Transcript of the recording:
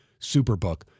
Superbook